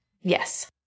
Yes